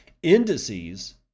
Indices